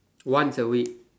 once a week